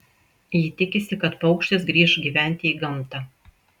ji tikisi kad paukštis grįš gyventi į gamtą